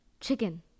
chicken